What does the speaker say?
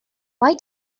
why